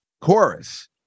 chorus